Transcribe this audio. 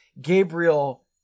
Gabriel